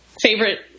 favorite